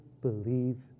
believe